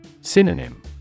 Synonym